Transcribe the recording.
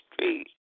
street